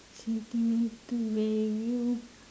sentimental value